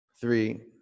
Three